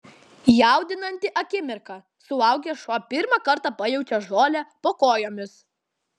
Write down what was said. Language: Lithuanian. jaudinanti akimirka suaugęs šuo pirmą kartą pajaučia žolę po kojomis